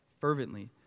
fervently